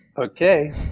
okay